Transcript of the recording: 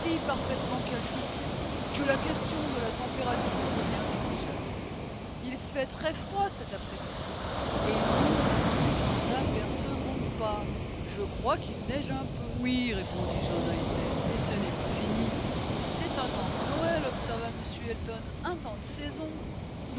parfaitement calfeutré que la question de la température devient négligeable il fait très froid cet après-midi et nous ne nous en apercevons pas je crois qu'il neige un peu oui répondit jean knightley et ce n'est pas fini c'est un temps de noël observa m elton un temps de saison